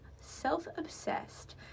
self-obsessed